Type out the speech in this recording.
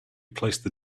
placed